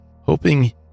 hoping